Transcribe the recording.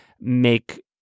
make